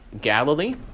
Galilee